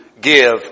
give